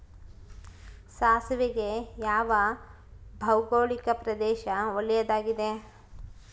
ಸಾಸಿವೆಗೆ ಯಾವ ಭೌಗೋಳಿಕ ಪ್ರದೇಶ ಒಳ್ಳೆಯದಾಗಿದೆ?